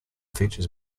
features